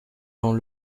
dans